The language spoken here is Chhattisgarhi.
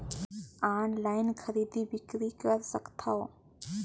ऑनलाइन खरीदी बिक्री कर सकथव?